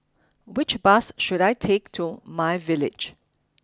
which bus should I take to my village